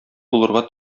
булырга